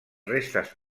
restes